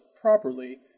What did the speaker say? properly